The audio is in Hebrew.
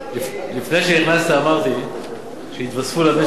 לפני שנכנסת אמרתי שהתווספו למשק,